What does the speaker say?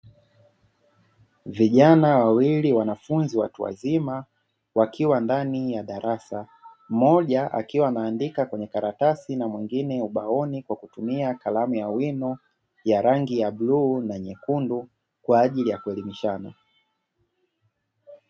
Vijana wawili wanafunzi watu wazima wakiwa ndani ya darasa, moja akiwa ameandika kwenye karatasi na mwingine ubaoni kwa kutumia kalamu ya wino ya rangi ya bluu na nyekundu kwa ajili ya kuelimishana.